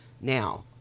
Now